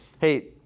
hey